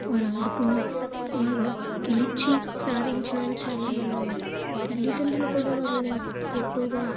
వారు ఆడుకుని వారు గెలిచి సాధించిన వాళ్ళు చాలామంది ఉన్నారు తల్లిదండ్రులు కూడా వారిని ఎక్కువగా